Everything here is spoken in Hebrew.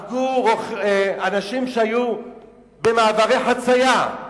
הרגו אנשים שהיו במעברי חצייה.